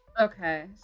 okay